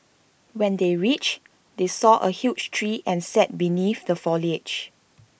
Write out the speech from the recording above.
when they reached they saw A huge tree and sat beneath the foliage